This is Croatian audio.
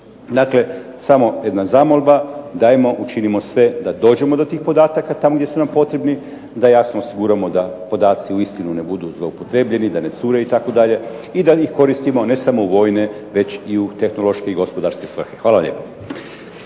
tome samo jedna zamolba dajmo učinimo sve da dođemo do tih podataka gdje su nam potrebni, da jasno osiguramo da podaci uistinu ne budu zloupotrebljeni, da ne cure itd., i da ih koristimo ne samo u vojne već i u tehnološke i gospodarske svrhe. Hvala lijepo.